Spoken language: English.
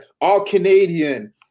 All-Canadian